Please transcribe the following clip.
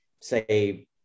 say